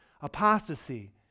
apostasy